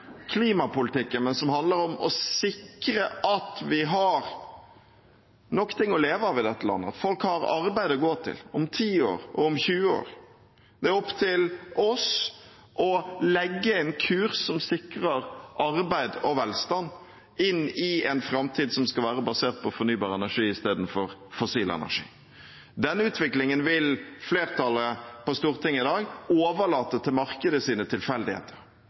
men som handler om å sikre at vi har nok å leve av i dette landet, at folk har arbeid å gå til om 10 år, om 20 år. Det er opp til oss å legge en kurs som sikrer arbeid og velstand inn i en framtid som skal være basert på fornybar energi istedenfor fossil energi. Den utviklingen vil flertallet på Stortinget i dag overlate til markedets tilfeldigheter,